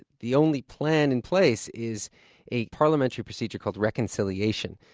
the only plan in place is a parliamentary procedure called reconciliation.